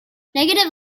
negative